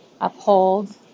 Uphold